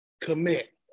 commit